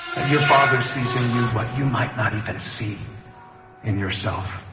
your father sees in you what you might not even see in yourself.